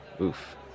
Oof